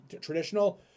traditional